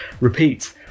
repeat